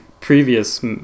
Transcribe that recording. previous